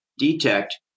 detect